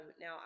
Now